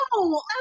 No